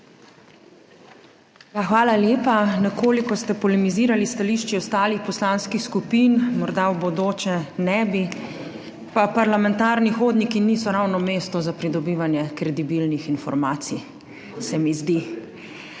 hvala lepa. Nekoliko ste polemizirali s stališči ostalih poslanskih skupin, morda v bodoče ne bi, pa parlamentarni hodniki niso ravno mesto za pridobivanje kredibilnih informacij, se mi zdi.